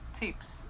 tips